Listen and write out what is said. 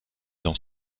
dans